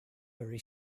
very